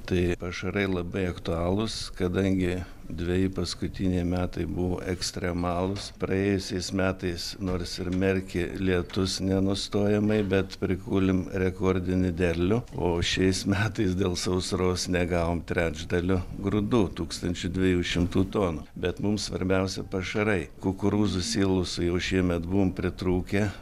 tai pašarai labai aktualūs kadangi dveji paskutiniai metai buvo ekstremalūs praėjusiais metais nors ir merkė lietus nenustojamai bet prikūlėm rekordinį derlių o šiais metais dėl sausros negavom trečdalio grūdų tūkstančio dviejų šimtų tonų bet mums svarbiausia pašarai kukurūzų siloso jau šiemet buvom pritrūkę